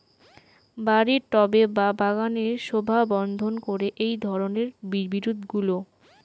বাড়ির টবে বা বাগানের শোভাবর্ধন করে এই ধরণের বিরুৎগুলো